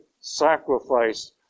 sacrifice